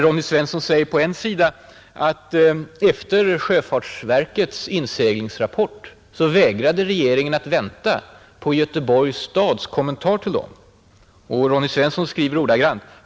Ronny Svensson skriver på en sida, att efter sjöfartsverkets inseglingsrapport vägrade regeringen att vänta på Göteborgs stads kommentar till den.